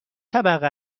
طبقه